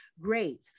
great